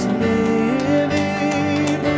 living